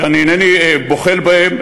שאינני בוחל בהם,